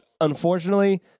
unfortunately